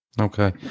Okay